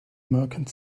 merchant